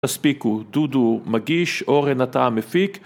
‫תספיקו, דודו מגיש, ‫אורן נתן מפיק.